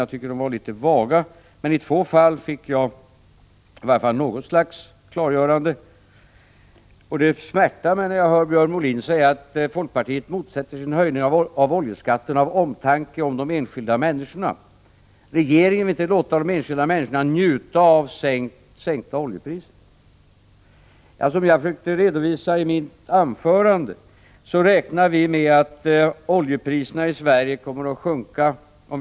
Jag tyckte att de besked som gavs var litet vaga. I två fall fick jag emellertid ett visst klarläggande. Det smärtade mig att höra Björn Molin säga att folkpartiet motsätter sig en höjning av oljeskatten av omtanke om de enskilda människorna. Regeringen vill inte låta de enskilda människorna njuta av sänkta oljepriser, enligt Björn Molin. Som jag försökte redovisa i mitt anförande, räknar vi med att priset på eldningsolja 1, dens.k.